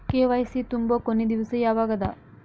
KYC ತುಂಬೊ ಕೊನಿ ದಿವಸ ಯಾವಗದ?